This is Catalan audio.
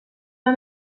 una